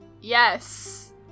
Yes